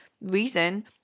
reason